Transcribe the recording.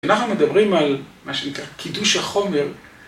כשאנחנו מדברים על מה שנקרא קידוש החומר